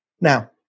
Now